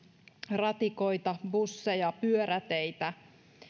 ratikoita busseja pyöräteitä